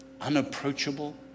unapproachable